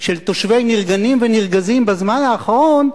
של תושבי נרגנים ונרגזים בזמן האחרון,